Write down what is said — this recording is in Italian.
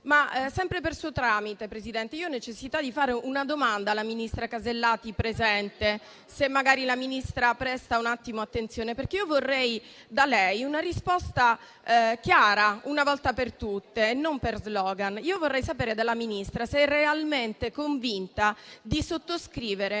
Sempre per suo tramite, Presidente, ho necessità di fare una domanda alla ministra Alberti Casellati qui presente, se magari la Ministra presta un attimo attenzione. Vorrei da lei una risposta chiara, una volta per tutte, e non per slogan. Vorrei sapere dalla Ministra se è realmente convinta di sottoscrivere